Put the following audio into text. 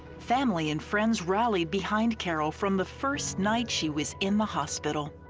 family and friends rallied behind carol from the first night she was in the hospital.